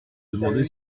demander